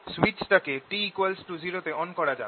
switch টাকে t0 তে on করা যাক